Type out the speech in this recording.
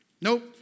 Nope